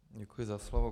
Děkuji za slovo.